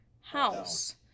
house